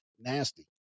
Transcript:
nasty